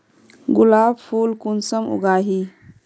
गुलाब फुल कुंसम उगाही?